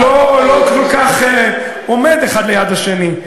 זה לא כל כך עומד האחד ליד השני.